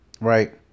right